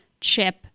chip